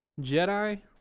Jedi